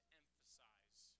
emphasize